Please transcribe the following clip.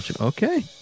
okay